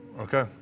Okay